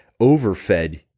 overfed